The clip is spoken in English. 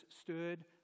stood